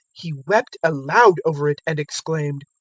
he wept aloud over it, and exclaimed,